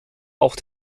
auch